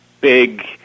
big